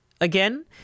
again